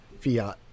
Fiat